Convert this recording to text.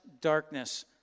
darkness